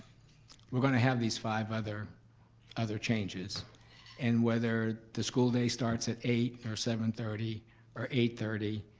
we're going to have these five other other changes and whether the school day starts at eight or seven thirty or eight thirty,